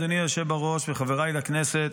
אדוני היושב בראש וחבריי לכנסת,